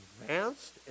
advanced